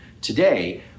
Today